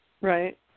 Right